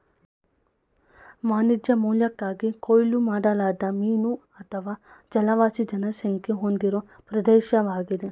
ವಾಣಿಜ್ಯ ಮೌಲ್ಯಕ್ಕಾಗಿ ಕೊಯ್ಲು ಮಾಡಲಾದ ಮೀನು ಅಥವಾ ಜಲವಾಸಿ ಜನಸಂಖ್ಯೆ ಹೊಂದಿರೋ ಪ್ರದೇಶ್ವಾಗಿದೆ